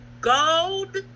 gold